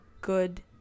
good